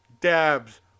dabs